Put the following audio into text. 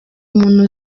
umuntu